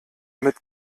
mit